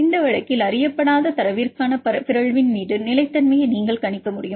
இந்த வழக்கில் அறியப்படாத தரவிற்கான பிறழ்வின் மீது நிலைத்தன்மையை நீங்கள் கணிக்க முடியும்